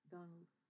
Donald